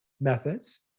methods